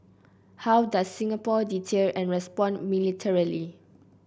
how does Singapore deter and respond militarily